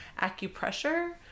acupressure